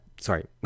sorry